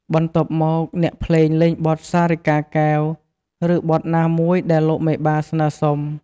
បន្ទាប់មក អ្នកភ្លេងលេងបទសារិកាកែវ ឬបទណាមួយដែលលោកមេបាស្នើសុំ។